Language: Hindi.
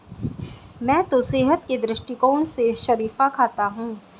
मैं तो सेहत के दृष्टिकोण से शरीफा खाता हूं